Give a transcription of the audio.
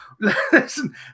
Listen